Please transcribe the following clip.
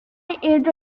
ate